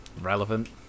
relevant